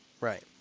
Right